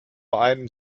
einem